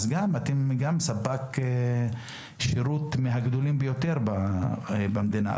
אתם גם ספק שירות מהגדולים ביותר במדינה.